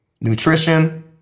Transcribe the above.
Nutrition